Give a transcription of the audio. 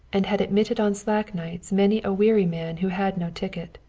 and had admitted on slack nights many a weary man who had no ticket.